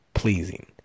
Pleasing